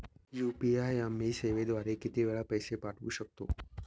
UPI आम्ही सेवेद्वारे किती वेळा पैसे पाठवू शकतो?